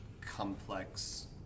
complex